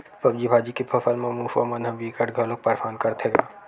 सब्जी भाजी के फसल म मूसवा मन ह बिकट घलोक परसान करथे गा